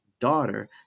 Daughter